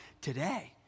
today